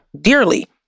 dearly